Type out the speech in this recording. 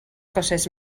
coses